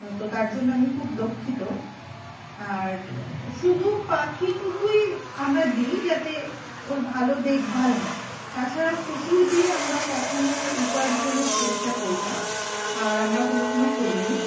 তো তার জন্য আমি খুব দুঃখিত আর শুধু পাখিটুকুই আমরা দিই যাতে ওর ভালো দেখভাল হয় তাছাড়া কুকুর দিয়ে আমরা কখনও উপার্জনের চেষ্টা করি না আর আমরা কোনো দিনও করিনি